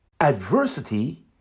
adversity